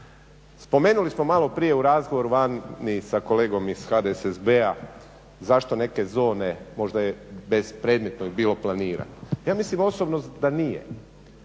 Spomenuli smo malo prije u razgovoru vani sa kolegom iz HDSSB-a zašto neke zone, možda je bespredmetno ih bilo planirati. Ja mislim osobno da nije.